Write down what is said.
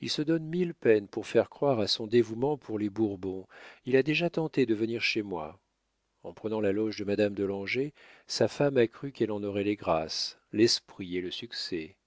il se donne mille peines pour faire croire à son dévouement pour les bourbons il a déjà tenté de venir chez moi en prenant la loge de madame de langeais sa femme a cru qu'elle en aurait les grâces l'esprit et le succès